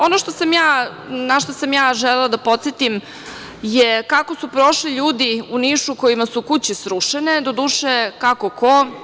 Ono na šta sam ja želela da podsetim je kako su prošli ljudi u Nišu kojima su kuće srušene, doduše, kako ko.